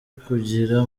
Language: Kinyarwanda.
kugira